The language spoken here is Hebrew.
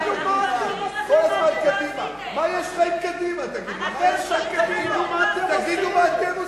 תגידו פעם אחת, מה אתם עושים?